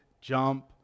jump